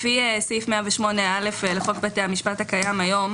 לפי סעיף 108א לחוק בתי המשפט הקיים היום